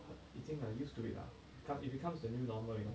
已经很 used to it ah become it becomes the new normal you know